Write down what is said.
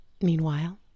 Meanwhile